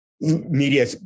media